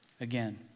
Again